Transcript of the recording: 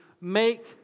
Make